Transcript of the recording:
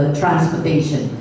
transportation